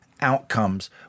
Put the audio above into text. outcomes